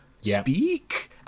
speak